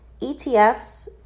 ETFs